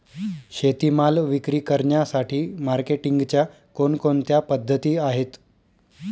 शेतीमाल विक्री करण्यासाठी मार्केटिंगच्या कोणकोणत्या पद्धती आहेत?